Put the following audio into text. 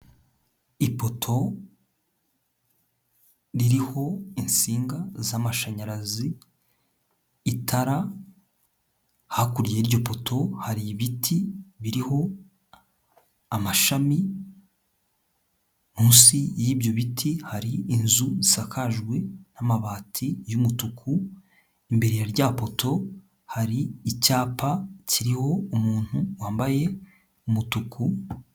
Ipoto ririho insinga z'amashanyarazi, itara, hakurya y'iryo poto hari ibiti biriho amashami, munsi y'ibyo biti hari inzu isakajwe n'amabati y'umutuku, imbere ya rya poto hari icyapa kiriho umuntu wambaye umutuku.